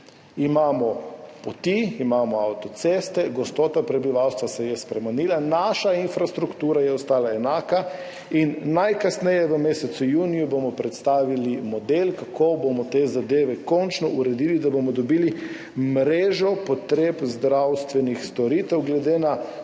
Imamo poti, imamo avtoceste, gostota prebivalstva se je spremenila, naša infrastruktura je ostala enaka. Najkasneje v mesecu juniju bomo predstavili model, kako bomo te zadeve končno uredili, da bomo dobili mrežo potreb zdravstvenih storitev glede na